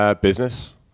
Business